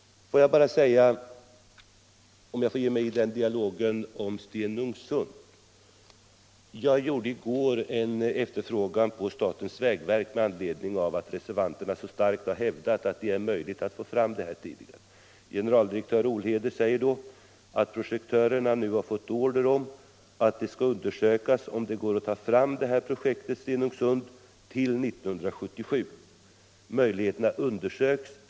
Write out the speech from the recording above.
Om jag får ge mig in i dialogen om Stenungsund, kan jag nämna att jag i går gjorde en förfrågan vid statens vägverk med anledning av att reservanterna så starkt har hävdat att det är möjligt att klara det här projektet tidigare. Generaldirektör Olhede sade emellertid att projektörerna nu har fått order att undersöka, om det går att ta fram projektet Stenungsund till 1977. Möjligheterna undersöks.